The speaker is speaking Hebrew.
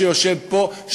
שיושב פה,